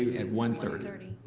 at one thirty?